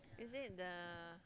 is it the